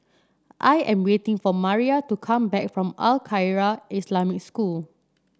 I am waiting for Maria to come back from Al Khairiah Islamic School